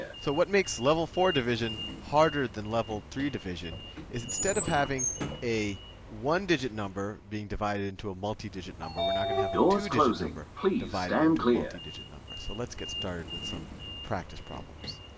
so what makes level four division harder than level three division is instead of having a one-digit number being divided into a multi-digit number, we're now going to have a two-addition number divided into a multi-digit number. so let's get started with some practice problems.